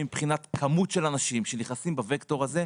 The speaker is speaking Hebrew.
מבחינת כמות של אנשים שנכנסים בווקטור הזה.